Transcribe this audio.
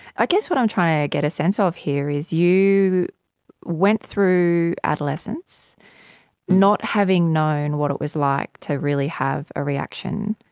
i guess what i'm trying to get a sense of here is you went through adolescence not having known what it was like to really have a reaction,